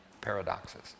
paradoxes